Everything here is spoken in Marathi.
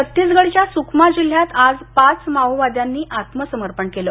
छत्तीसगडच्या सुकमा जिल्ह्यात आज पाच माओवाद्यांनी आत्मसमर्पण केलं